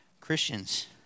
christians